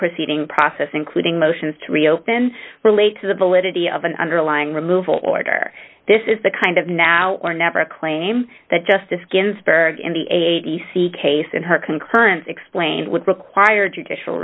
proceedings process including motions to reopen relate to the validity of an underlying removal order this is the kind of now or never a claim that justice ginsburg in the a t c case and her concurrence explained would require judicial